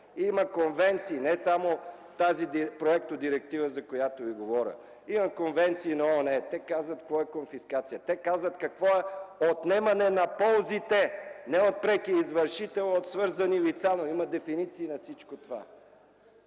Има конвенции (не само тази проектодиректива, за която Ви говоря) на ООН, те казват какво е „конфискация”, те казват какво е „отнемане на ползите” – не от прекия извършител, а от свързани лица. Но има дефиниции на всичко това.